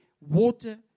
water